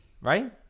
Right